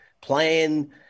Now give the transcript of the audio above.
playing